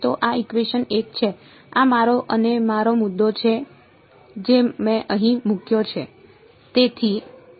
તો આ ઇકવેશન 1 છે આ મારો અને મારો મુદ્દો છે જે મેં અહીં મૂક્યો છે